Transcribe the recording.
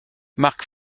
mark